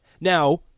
Now